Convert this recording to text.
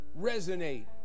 resonate